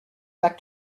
back